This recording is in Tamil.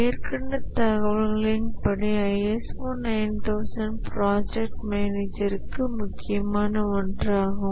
மேற்கண்ட தகவல்களின்படி ISO 9000 ப்ராஜெக்ட் மேனேஜருக்கு முக்கியமான ஒன்றாகும்